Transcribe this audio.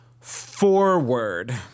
forward